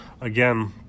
again